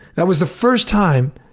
that was the first time,